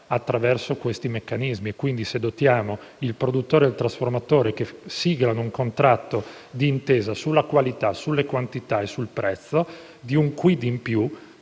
attraverso questi meccanismi, quindi se dotiamo il produttore e il trasformatore, che siglano un contratto d'intesa sulla qualità, sulle quantità e sul prezzo, di un*quid* in più